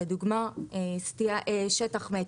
לדוגמה: שטח מת.